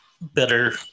better